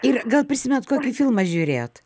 ir gal prisimenat kokį filmą žiūrėjot